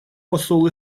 посол